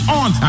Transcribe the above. on